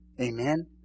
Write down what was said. Amen